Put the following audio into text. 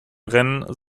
rennen